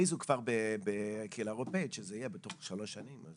אבל הם הכריזו כבר בקהילה האירופאית שזה יהיה בתוך שלוש שנים.